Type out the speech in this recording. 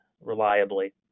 reliably